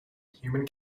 human